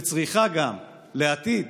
וצריכה גם לעתיד